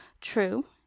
True